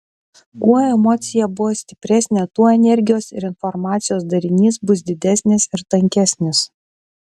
kuo emocija buvo stipresnė tuo energijos ir informacijos darinys bus didesnis ir tankesnis